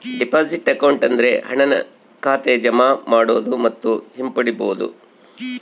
deposit account ಅಂದ್ರೆ ಹಣನ ಖಾತೆಗೆ ಜಮಾ ಮಾಡೋದು ಮತ್ತು ಹಿಂಪಡಿಬೋದು